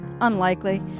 Unlikely